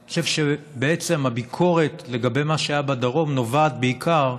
אני חושב שעצם הביקורת לגבי מה שהיה בדרום נובעת בעיקר,